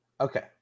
Okay